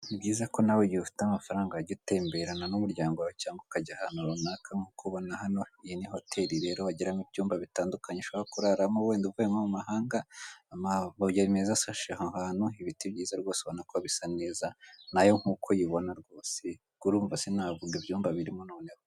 Si byiza ko nawe igihe ufite amafaranga wajya utemberana numuryango wawe cyangwa